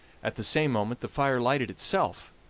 at the same moment the fire lighted itself,